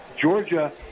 Georgia